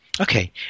Okay